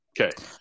okay